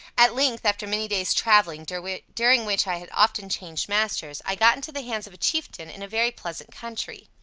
at length, after many days travelling, during which during which i had often changed masters, i got into the hands of a chieftain, in a very pleasant country.